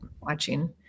watching